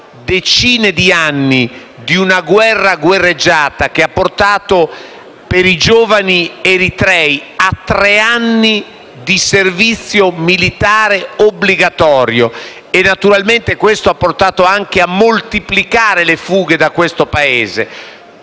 decine di anni di una guerra guerreggiata che ha portato, per i giovani eritrei, a tre anni di servizio militare obbligatorio; e naturalmente questo ha portato anche a moltiplicare le fughe da quel Paese.